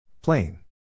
Plain